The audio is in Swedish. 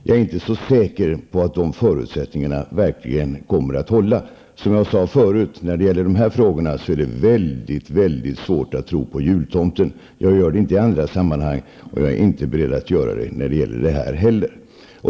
Jag är inte så säker på att de förutsättningarna verkligen kommer att hålla. När det gäller de här frågorna är det, som jag tidigare sade, mycket svårt att tro på jultomten. Jag gör det inte i andra sammanhang, och jag är inte beredd att göra det i det här sammanhanget heller.